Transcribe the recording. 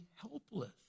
helpless